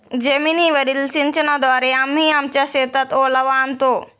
जमीनीवरील सिंचनाद्वारे आम्ही आमच्या शेतात ओलावा आणतो